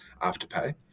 afterpay